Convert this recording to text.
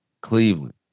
Cleveland